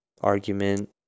argument